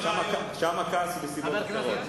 שם הכעס הוא מסיבות אחרות.